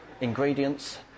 ingredients